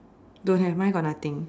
don't have mine got nothing